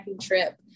trip